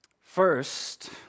First